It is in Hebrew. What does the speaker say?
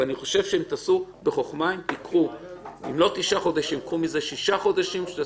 אני חושב שתעשו בחוכמה אם תיקחו שישה חודשים מתוך